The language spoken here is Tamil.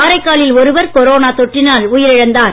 காரைக்காலில் ஒருவர் கொரோனா தொற்றினால் உயிரிழந்தார்